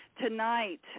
tonight